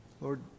Lord